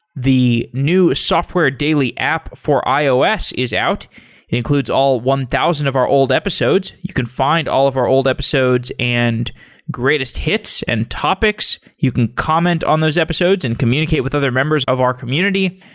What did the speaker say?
the new software daily app for ios is out. it includes all one thousand of our old episodes. you can find all of our old episodes and greatest hits and topics. you can comment on those episodes and communicate with other members of our community,